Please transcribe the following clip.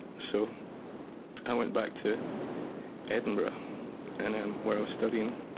so i went back to edinburgh and and where i was studying,